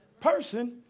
person